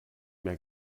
mehr